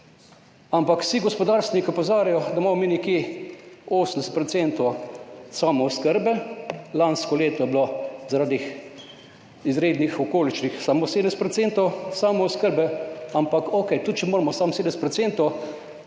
ampak vsi gospodarstveniki opozarjajo, da imamo mi nekje 80 % samooskrbe. Lansko leto je bilo zaradi izrednih okoliščin samo 70 % samooskrbe, ampak okej, tudi če imamo samo 70 %,